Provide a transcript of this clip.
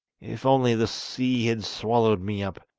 if only the sea had swallowed me up,